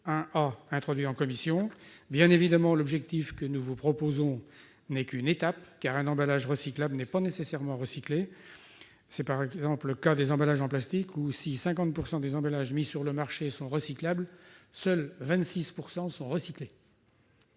1 A introduit en commission. Bien évidemment, l'objectif que nous vous proposons n'est qu'une étape, car un emballage recyclable n'est pas nécessairement recyclé. C'est par exemple le cas des emballages en plastique : si 50 % de ceux qui sont mis sur le marché sont recyclables, seuls 26 % sont recyclés.